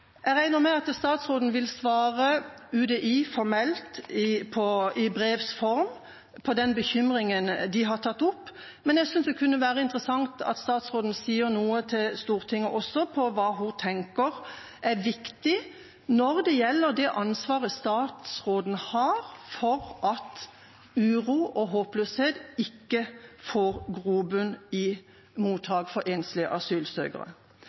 Jeg regner med at statsråden vil svare UDI formelt i brevs form på den bekymringen de har tatt opp, men jeg synes det kunne vært interessant om statsråden kunne si noe til Stortinget også om hva hun tenker er viktig når det gjelder det ansvaret statsråden har for at uro og håpløshet ikke får grobunn i mottakene for enslige asylsøkere.